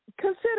consider